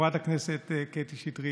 חברת הכנסת קטי שטרית,